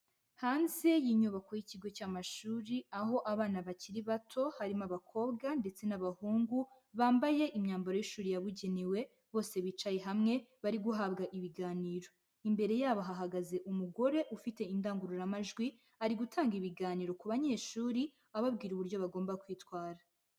Hanze y'inyubako y'ikigo cy'amashuri, aho abana bakiri bato harimo abakobwa ndetse n'abahungu bambaye imyambaro y'ishuri yabugenewe, bose bicaye hamwe bari guhabwa ibiganiro, imbere yabo hahagaze umugore ufite indangururamajwi ari gutanga ibiganiro ku banyeshuri ababwira uburyo bagomba kwitwara.